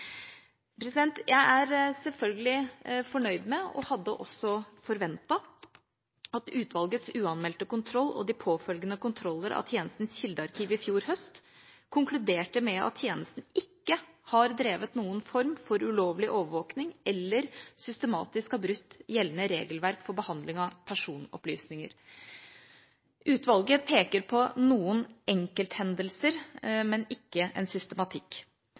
Jeg er selvfølgelig fornøyd med og hadde også forventet at utvalgets uanmeldte kontroll og de påfølgende kontroller av tjenestens kildearkiver i fjor høst konkluderte med at tjenesten ikke har drevet noen form for ulovlig overvåking eller systematisk har brutt gjeldende regelverk for behandling av personopplysninger. Utvalget peker på noen enkelthendelser, men ikke en systematikk.